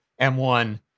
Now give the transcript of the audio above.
M1